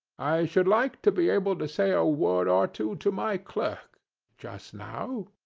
i should like to be able to say a word or two to my clerk just now.